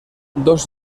dos